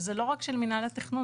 וזה לא רק של מינהל התכנון,